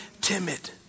timid